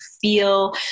feel